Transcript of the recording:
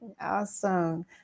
Awesome